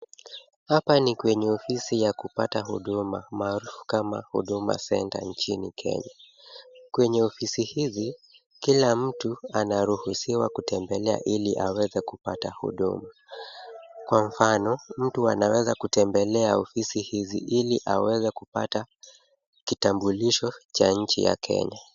Hapa ni kwenye ofisi ya kupata huduma maarufu kama Huduma Center nchini Kenya. Kwenye ofisi hizi kila mtu anaruhusiwa kutembelea ili aweze kupata huduma, kwa mfano, mtu anaweza kutembelea ofisi hizi ili aweze kupata kitambulisho cha nchi ya Kenya.